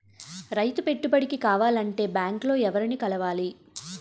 రైతు పెట్టుబడికి కావాలంటే బ్యాంక్ లో ఎవరిని కలవాలి?